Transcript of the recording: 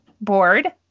board